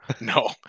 No